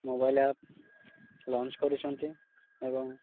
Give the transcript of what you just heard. mobile app launch କରିଛନ୍ତି ଏବଂ